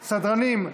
סדרנים,